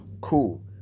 Cool